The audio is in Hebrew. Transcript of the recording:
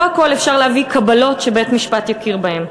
לא על הכול אפשר להביא קבלות שבית-משפט יכיר בהן.